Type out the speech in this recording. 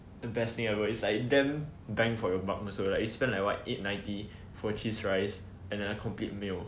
the best thing ever is like damn bang for your bucks also lah like you spend like what eight ninety for cheese fries and another complete meal